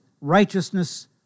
righteousness